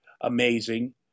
amazing